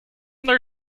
their